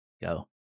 Go